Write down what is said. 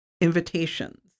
invitations